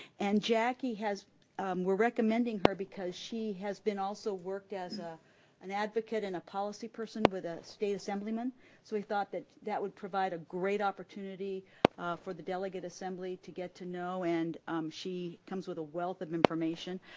and jackie, we're recommending her because she has been also worked as a and advocate and a policy person with a state assemblyman, so we thought that that would provide a great opportunity for the delegate assembly to get to know and she comes with a wealth of information.